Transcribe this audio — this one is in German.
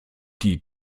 die